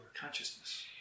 consciousness